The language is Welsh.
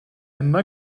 yma